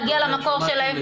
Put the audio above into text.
אני מבקשת לאכוף את הכול,